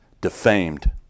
defamed